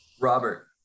Robert